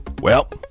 Well